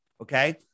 okay